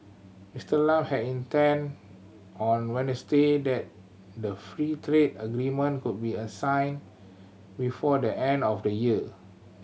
Mister Lam had hinted on Wednesday that the free trade agreement could be assigned before the end of the year